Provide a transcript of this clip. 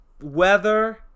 weather